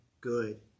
good